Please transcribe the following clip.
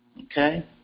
Okay